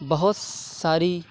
بہت ساری